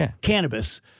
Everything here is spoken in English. cannabis